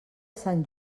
sant